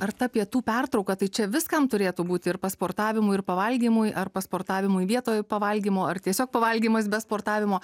ar ta pietų pertrauka tai čia viskam turėtų būti ir pasportavimui ir pavalgymui ar pasportavimui vietoj pavalgymo ar tiesiog pavalgymas be sportavimo